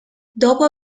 dopo